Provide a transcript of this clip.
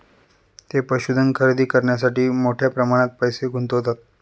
ते पशुधन खरेदी करण्यासाठी मोठ्या प्रमाणात पैसे गुंतवतात